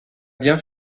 bien